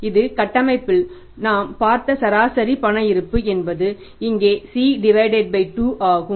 இது கட்டமைப்பில் நாம் பார்த்த சராசரி பண இருப்பு என்பது இங்கே C 2 ஆகும்